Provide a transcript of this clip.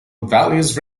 valleys